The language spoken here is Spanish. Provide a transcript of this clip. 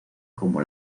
como